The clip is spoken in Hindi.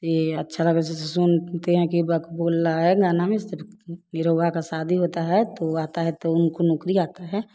यह अच्छा सुनते हैं कि बक बोल रहा है गाना में सिर्फ निरौआ का शादी होता है तो वह आता है तो उनको नोकरी आता है